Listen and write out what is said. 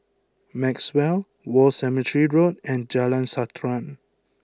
Maxwell War Cemetery Road and Jalan Srantan